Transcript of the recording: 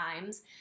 times